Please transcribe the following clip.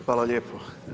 Hvala lijepo.